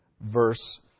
Verse